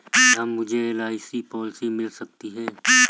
क्या मुझे LIC policy मिल सकती है?